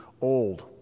old